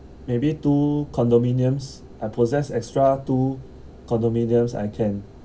maybe two condominiums I possess extra two condominiums I can